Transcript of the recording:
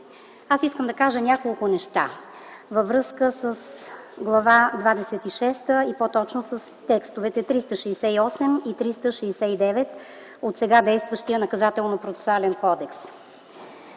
Искам да кажа няколко неща във връзка с Глава двадесет и шеста и по-точно с текстовете 368 и 369 от сега действащия Наказателно-процесуален кодекс.